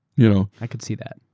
you know i could see that.